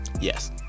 Yes